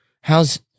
how's